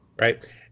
right